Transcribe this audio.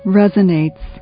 resonates